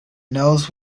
knows